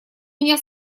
меня